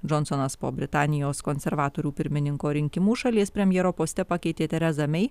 džonsonas po britanijos konservatorių pirmininko rinkimų šalies premjero poste pakeitė terezą mei